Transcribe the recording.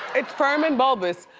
it's firm and bulbous,